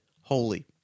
holy